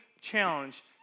challenge